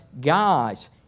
Guys